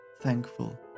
thankful